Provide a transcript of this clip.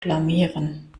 blamieren